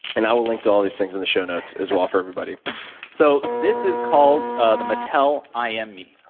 and i will link to all these things in the show notes, as well, for everybody so, this is called ah the mattel im me.